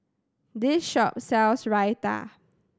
this shop sells Raita